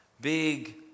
big